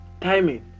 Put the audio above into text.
timing